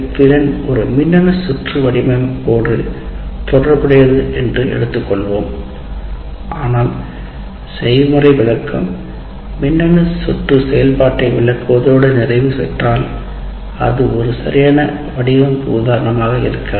திறன் ஒரு மின்னணு சுற்று வடிவமைப்போடு தொடர்புடையது ஆனால் செய்முறை விளக்கம் மின்னணு சுற்று செயல்பாட்டை விளக்குவதோடு நிறைவு பெற்றால் அது ஒரு சரியான வடிவமைப்பு உதாரணமாக இருக்காது